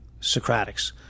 Socratics